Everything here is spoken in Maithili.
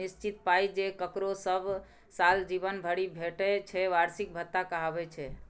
निश्चित पाइ जे ककरो सब साल जीबन भरि भेटय छै बार्षिक भत्ता कहाबै छै